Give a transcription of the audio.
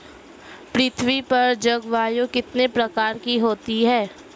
पृथ्वी पर जलवायु कितने प्रकार की होती है?